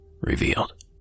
Revealed